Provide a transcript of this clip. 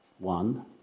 One